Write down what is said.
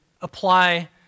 apply